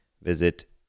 visit